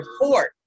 report